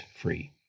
free